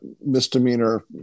misdemeanor